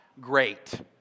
great